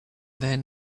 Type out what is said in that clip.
then